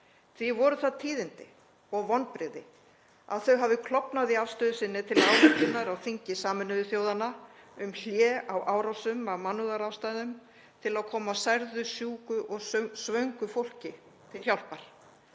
Því voru það tíðindi og vonbrigði að þau hafi klofnað í afstöðu sinni til ályktunar á þingi Sameinuðu þjóðanna um hlé á árásum af mannúðarástæðum til að koma særðu, sjúku og svöngu fólki til hjálpar.